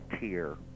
tier